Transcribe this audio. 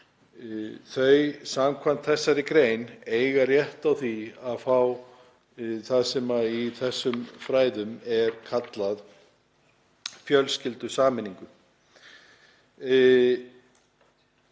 Samkvæmt þessari grein eiga þau rétt á því að fá það sem í þessum fræðum er kallað fjölskyldusameining.